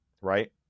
Right